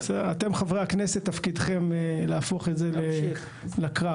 אתם חברי הכנסת, תפקידכם להפוך את זה לקרב.